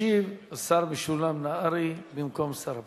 ישיב השר משולם נהרי במקום שר הפנים.